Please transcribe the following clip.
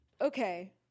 Okay